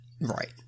right